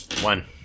One